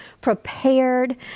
prepared